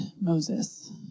Moses